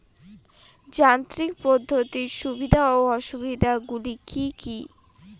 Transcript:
যান্ত্রিক পদ্ধতির সুবিধা ও অসুবিধা গুলি কি কি?